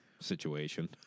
situation